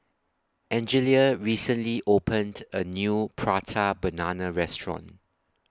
Angelia recently opened A New Prata Banana Restaurant